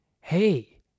hey